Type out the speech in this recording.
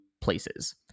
places